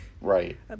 right